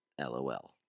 LOL